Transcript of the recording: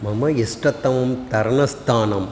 मम इष्टतमम् तरणस्थानम्